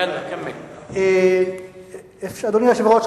אדוני היושב-ראש,